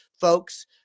folks